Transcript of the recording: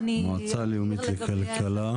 במועצה לאומית לכלכלה.